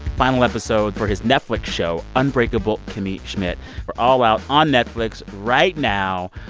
final episodes for his netflix show unbreakable kimmy schmidt are all out on netflix right now.